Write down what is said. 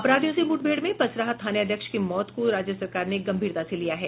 अपराधियों से मुठभेड़ में पसराहा थानाध्यक्ष की मौत को राज्य सरकार ने गंभीरता से लिया है